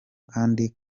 kandi